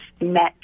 met